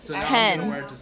Ten